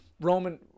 Roman